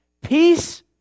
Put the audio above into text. Peace